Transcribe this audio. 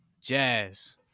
jazz